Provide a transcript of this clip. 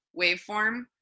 waveform